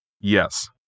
yes